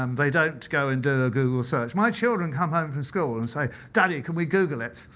um they don't go and do a google search. my children come home from school and say daddy, can we google it?